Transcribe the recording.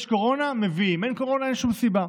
יש קורונה, מביאים, אין קורונה, אין שום סיבה.